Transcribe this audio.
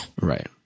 Right